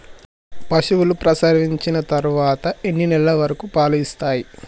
పశువులు ప్రసవించిన తర్వాత ఎన్ని నెలల వరకు పాలు ఇస్తాయి?